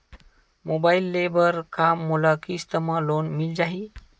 Mobile ले बर का मोला किस्त मा लोन मिल जाही?